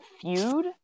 feud